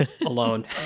alone